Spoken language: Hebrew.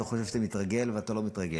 אתה חושב שאתה מתרגל, ואתה לא מתרגל.